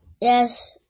Yes